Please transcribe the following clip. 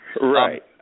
Right